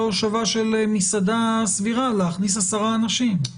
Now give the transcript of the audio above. ההושבה של מסעדה סבירה להכניס 10 אנשים.